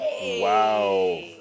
Wow